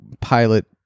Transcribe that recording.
pilot